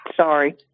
Sorry